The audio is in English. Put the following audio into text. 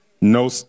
No